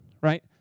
Right